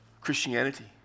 Christianity